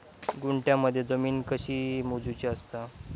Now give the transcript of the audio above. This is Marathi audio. गुंठयामध्ये जमीन कशी मोजूची असता?